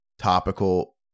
topical